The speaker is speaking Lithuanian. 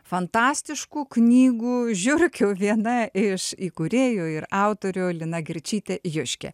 fantastiškų knygų žiurkių viena iš įkūrėjų ir autorė lina girčytė joškė